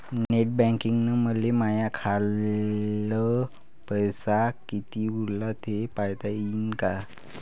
Net बँकिंगनं मले माह्या खाल्ल पैसा कितीक उरला थे पायता यीन काय?